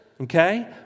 okay